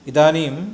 इदानीं